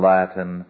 Latin